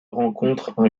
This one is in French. rencontre